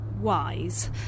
wise